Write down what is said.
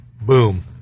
boom